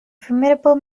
formidable